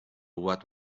what